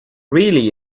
really